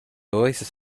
oasis